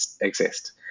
exist